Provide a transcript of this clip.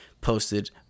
posted